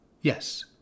Yes